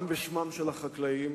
גם בשמם של החקלאים,